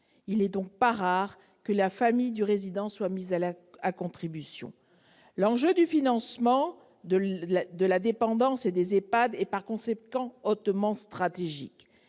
Il n'est donc pas rare que la famille du résident soit mise à contribution. L'enjeu du financement de la dépendance et des EHPAD est par conséquent hautement stratégique.